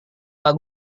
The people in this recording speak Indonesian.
pak